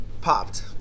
Popped